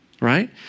right